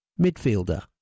midfielder